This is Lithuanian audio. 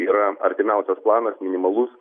yra artimiausias planas minimalus